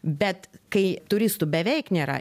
bet kai turistų beveik nėra